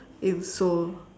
in Seoul